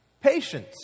patience